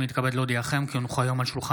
אתה כחבר ממשלה אחראי לכל מה שקורה